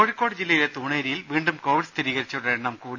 കോഴിക്കോട് ജില്ലയിലെ തൂണേരിയിൽ വീണ്ടും കോവിഡ് സ്ഥിരീകരിച്ചവരുടെ എണ്ണം കൂടി